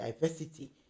diversity